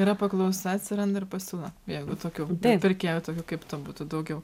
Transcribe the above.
yra paklausa atsiranda ir pasiūla jeigu tokių pirkėjų tokių kaip tu būtų daugiau